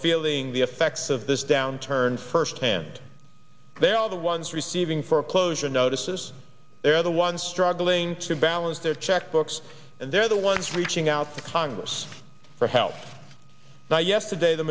feeling the effects of this downturn firsthand they're all the ones receiving foreclosure notices they're the ones struggling to balance their checkbooks and they're the ones reaching out to congress for help now yesterday the